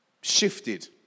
shifted